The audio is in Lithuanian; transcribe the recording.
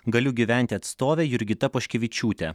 galiu gyventi atstove jurgita poškevičiūte